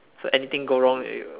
so anything go wrong you will